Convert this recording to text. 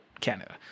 Canada